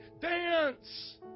dance